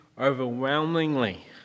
overwhelmingly